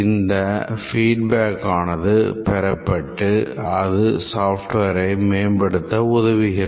இந்த feedback ஆனது பெறப்பட்டு அது software மேம்படுத்த உதவுகிறது